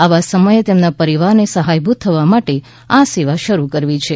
આવા સમયે તેમના પરિવારને સહાયભૂત થવા માટે આ સેવા શરૂ કરવી છે